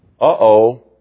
Uh-oh